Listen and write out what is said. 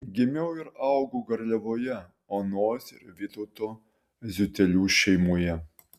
gimiau ir augau garliavoje onos ir vytauto ziutelių šeimoje